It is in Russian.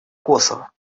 косово